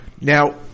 Now